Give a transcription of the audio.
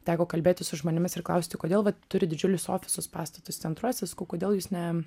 teko kalbėtis su žmonėmis ir klausti kodėl vat turit didžiulius ofisus pastatus centruose sakau kodėl jūs ne